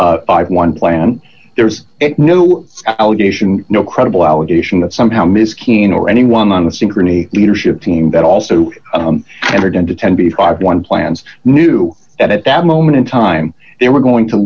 b one plan there's no allegation no credible allegation that somehow ms keene or anyone on the synchrony leadership team that also entered into ten before one plans knew at that moment in time they were going to